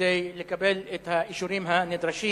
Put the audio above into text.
כדי לקבל את האישורים הנדרשים.